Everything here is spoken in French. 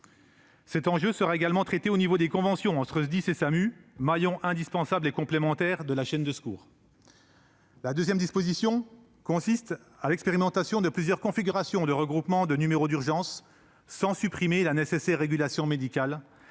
Cet enjeu sera également traité au niveau des conventions entre SDIS et SAMU, maillons indispensables et complémentaires de la chaîne de secours. Il s'agit, ensuite, de l'expérimentation de plusieurs configurations de regroupement de numéros d'urgence sans supprimer la nécessaire régulation médicale,